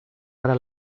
para